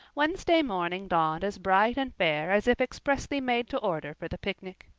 wednesday morning dawned as bright and fair as if expressly made to order for the picnic.